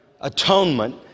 Atonement